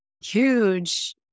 huge